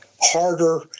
harder